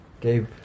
Gabe